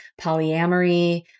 polyamory